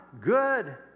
Good